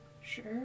Sure